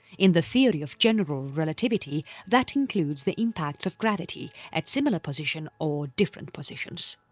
in the theory of general relativity that includes the impacts of gravity, at similar position or different positions.